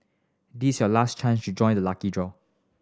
this is your last chance to join the lucky draw